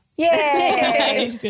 Yay